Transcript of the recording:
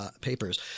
papers